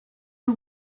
her